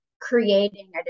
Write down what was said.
creating